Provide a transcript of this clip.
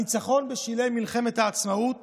הניצחון בשלהי מלחמת העצמאות